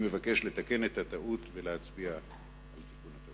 ואני מבקש לתקן את הטעות ולהצביע על התיקון.